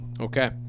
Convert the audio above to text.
Okay